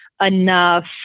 enough